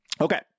Okay